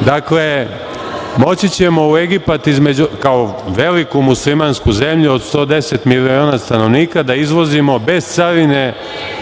Dakle, moći ćemo u Egipat, kao veliku muslimansku zemlju od 110 miliona stanovnika, da izvozimo bez carine,